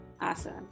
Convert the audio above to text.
Awesome